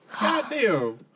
goddamn